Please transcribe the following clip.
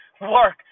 work